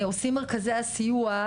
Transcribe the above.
עושים מרכזי הסיוע,